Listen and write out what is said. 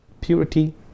purity